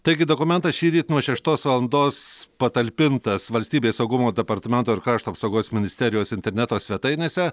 taigi dokumentas šįryt nuo šeštos valandos patalpintas valstybės saugumo departamento ir krašto apsaugos ministerijos interneto svetainėse